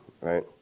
right